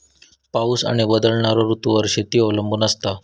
पाऊस आणि बदलणारो ऋतूंवर शेती अवलंबून असता